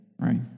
right